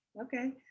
Okay